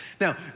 Now